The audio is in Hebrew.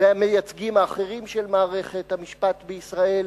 והמייצגים האחרים של מערכת המשפט בישראל.